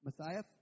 Messiah